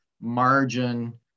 margin